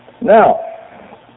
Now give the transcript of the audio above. Now